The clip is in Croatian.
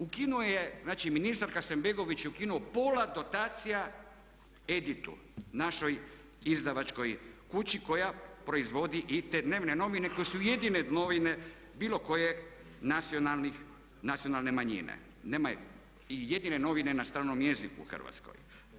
Ukinuo je, znači ministar Hasanbegović je ukinuo pola dotacija „EDIT-u“ našoj izdavačkoj kući koja proizvodi i te dnevne novine koje su jedine novine bilo koje nacionalne manjine i jedine novine na stranom jeziku u Hrvatskoj.